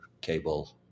cable